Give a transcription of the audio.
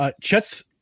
Chet's